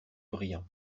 brillants